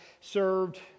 served